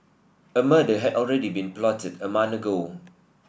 a murder had already been plotted a month ago